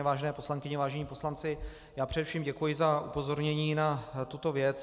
Vážené poslankyně, vážení poslanci, já především děkuji za upozornění na tuto věc.